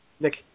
Nick